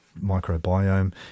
microbiome